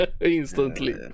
Instantly